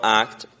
act